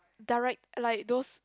direct like those